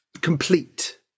complete